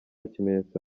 kimenyetso